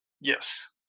Yes